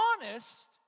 honest